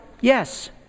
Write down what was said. Yes